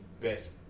best